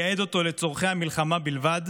לייעד אותו לצורכי המלחמה בלבד.